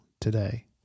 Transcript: today